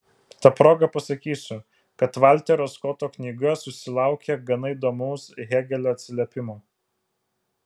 ta proga pasakysiu kad valterio skoto knyga susilaukė gana įdomaus hėgelio atsiliepimo